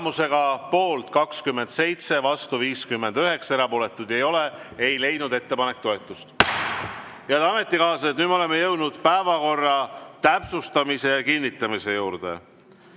Tulemusega poolt 27, vastu 59, erapooletuid ei ole, ei leidnud ettepanek toetust. Head ametikaaslased, nüüd me oleme jõudnud päevakorra täpsustamise ja kinnitamise juurde.